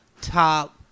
top